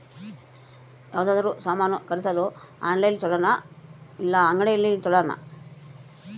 ಯಾವುದಾದರೂ ಸಾಮಾನು ಖರೇದಿಸಲು ಆನ್ಲೈನ್ ಛೊಲೊನಾ ಇಲ್ಲ ಅಂಗಡಿಯಲ್ಲಿ ಛೊಲೊನಾ?